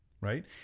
right